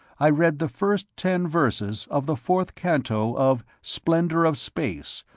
i read the first ten verses of the fourth canto of splendor of space,